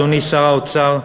אדוני שר האוצר,